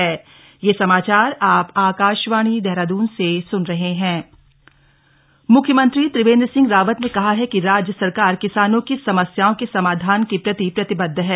किसान union CM म्ख्यमंत्री त्रिवेन्द्र सिंह रावत ने कहा है कि राज्य सरकार किसानों की समस्याओं के समाधान के प्रति प्रतिबद्ध है